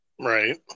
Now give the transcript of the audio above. Right